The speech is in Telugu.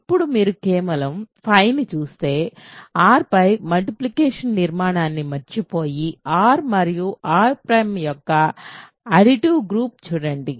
అప్పుడు మీరు కేవలం ని చూస్తే R పై మల్టిప్లికెషన్ నిర్మాణాన్ని మర్చిపోయి R మరియు R ǀ యొక్క అడిటివ్ గ్రూప్ చూడండి